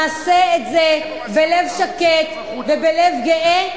נעשה את זה בלב שקט ובלב גאה,